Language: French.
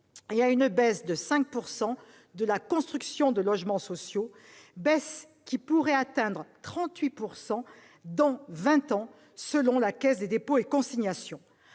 et à une baisse de 5 % de la construction de logements sociaux, baisse qui pourrait atteindre 38 % dans vingt ans selon la Caisse des dépôts et consignations.